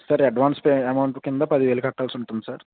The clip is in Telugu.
సార్ అడ్వాన్స్ పే అమౌంట్ కింద పదివేలు కట్టాల్సి ఉంటుంది సార్